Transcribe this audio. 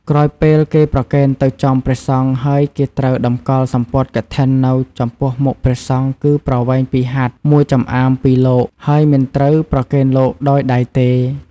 ក្រោយពេលគេប្រគេនទៅចំព្រះសង្ឃហើយគេត្រូវតម្កល់សំពត់កឋិននៅចំពោះមុខព្រះសង្ឃគឺប្រវែង២ហត្ថ ១ចំអាមពីលោក ហើយមិនត្រូវប្រគេនលោកដោយដៃទេ។